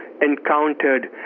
encountered